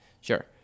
sure